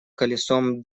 колесом